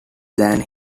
than